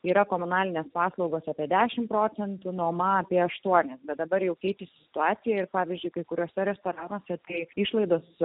yra komunalinės paslaugos apie dešim procentų nuoma apie aštuonis bet dabar jau keitėsi situacija ir pavyzdžiui kai kuriuose restoranuose tai išlaidos